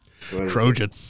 Trojan